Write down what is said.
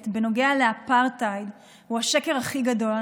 בנוגע לאפרטהייד הוא השקר הכי גדול.